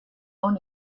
own